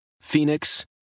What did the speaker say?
Phoenix